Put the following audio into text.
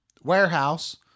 warehouse